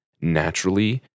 naturally